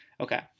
Okay